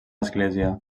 església